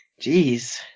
Jeez